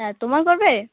হ্যাঁ তোমার করবে